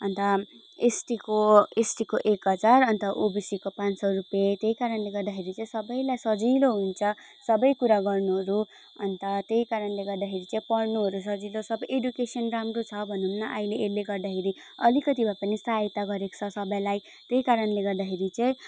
अन्त एसटीको एसटीको एक हजार अन्त ओबिसीको पान सौ रुपियाँ त्यही कारणले गर्दा चाहिँ सबैलाई सजिलो हुन्छ सबै कुरा गर्नुहरू अन्त त्यही कारणले गर्दाखेरि चाहिँ पढ्नुहरू सजिलो सबै एडुकेसन राम्रो छ भनौँ न अहिले यसले गर्दाखेरि अलिकति भए पनि सहायता गरेको छ सबैलाई त्यही कारणले गर्दाखेरि चाहिँ